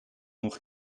nog